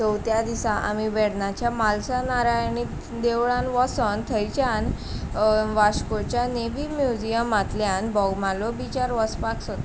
चवथ्या दिसा आमी वेर्णाच्या महालसा नारायणी देवळान वसोन थंयच्यान वास्कोच्या नेवी म्युजियमांतल्यान बोगमालो बिचार वचपाक सोदता